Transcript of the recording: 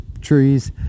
trees